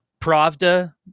Pravda